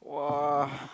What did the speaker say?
!wah!